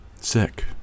sick